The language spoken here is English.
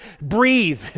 breathe